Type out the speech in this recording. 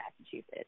Massachusetts